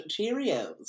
Cheerios